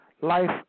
life